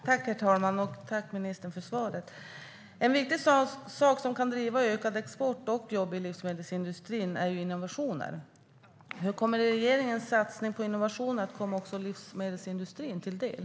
Herr talman! Jag tackar ministern för svaret. En viktig sak som kan driva ökad export och jobb i livsmedelsindustrin är innovationer. Hur kommer regeringens satsning på innovationer att komma också livsmedelsindustrin till del?